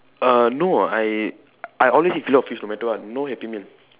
err no I I always eat filet O fish no matter what no happy meal